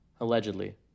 allegedly